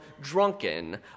drunken